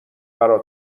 برا